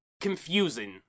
confusing